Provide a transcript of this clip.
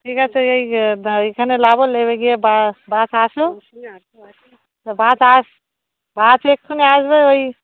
ঠিক আছে এই এইখানে নামো নেমে গিয়ে বাস আসো বাস আস বাস এক্ষণি আসবে ওই